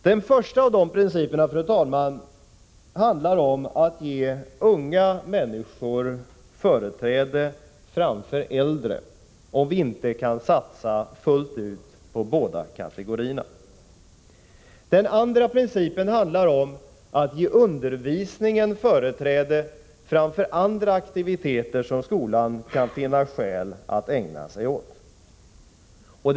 Den första av dessa principer, fru talman, handlar om att ge unga människor företräde framför äldre, om vi inte kan satsa fullt ut på båda kategorierna. Den andra principen handlar om att ge undervisning företräde framför andra aktiviteter som skolan kan finna skäl att ägna sig åt.